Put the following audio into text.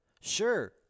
Sure